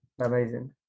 Amazing